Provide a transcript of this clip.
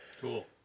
Cool